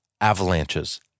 avalanches